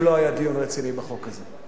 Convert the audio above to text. שלא היה דיון רציני בחוק הזה.